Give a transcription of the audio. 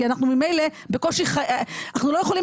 כי אנחנו ממילא בקושי אנחנו לא יכולים